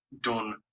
done